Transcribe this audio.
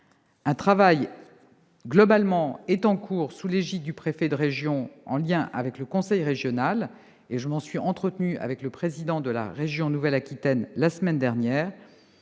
a actuellement lieu sous l'égide du préfet de région en lien avec le conseil régional- je m'en suis entretenue avec le président de la région Nouvelle-Aquitaine, la semaine dernière